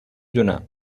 دونم